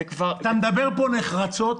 אתה מדבר פה נחרצות